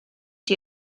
die